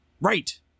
Right